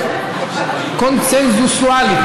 קונסנזואלית,